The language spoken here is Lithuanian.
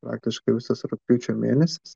praktiškai visas rugpjūčio mėnesis